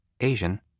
Asian